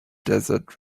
desert